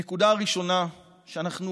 הנקודה הראשונה, שאנחנו